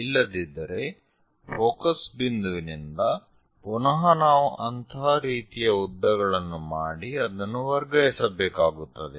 ಇಲ್ಲದಿದ್ದರೆ ಫೋಕಸ್ ಬಿಂದುವಿನಿಂದ ಪುನಃ ನಾವು ಅಂತಹ ರೀತಿಯ ಉದ್ದಗಳನ್ನು ಮಾಡಿ ಅದನ್ನು ವರ್ಗಾಯಿಸಬೇಕಾಗುತ್ತದ